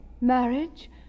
Marriage